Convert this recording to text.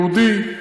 יהודי,